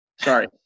Sorry